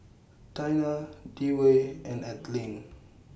Taina Dewey and Ethelene